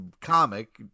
comic